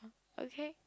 okay